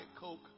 Coke